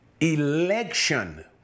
election